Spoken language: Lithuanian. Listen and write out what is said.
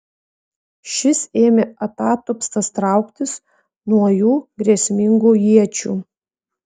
šis ėmė atatupstas trauktis nuo jų grėsmingų iečių